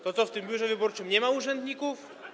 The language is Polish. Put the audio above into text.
To co, w tym biurze wyborczym nie ma urzędników?